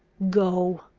go,